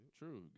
true